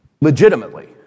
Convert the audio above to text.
Legitimately